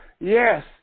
Yes